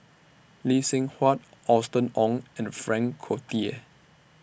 Lee Seng Huat Austen Ong and Frank Cloutier